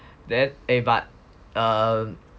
then eh but um